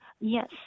Yes